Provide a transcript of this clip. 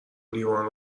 لیوان